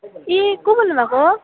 ए को बोल्नु भएको